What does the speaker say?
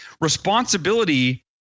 responsibility